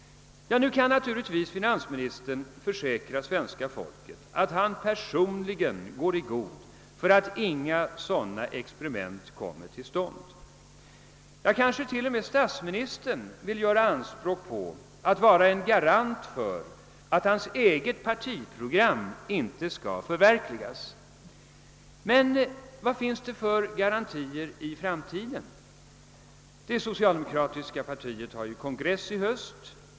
Nu kan finansministern visserligen försäkra svenska folket att han personligen går i god för att inga sådana experiment kommer till stånd. Kanske t.o.m. statsministern vill göra anspråk på att vara en garant för att hans eget partiprogram inte skall förverkligas. Men vad finns det för garantier för framtiden? Det socialdemokratiska partiet har kongress i höst.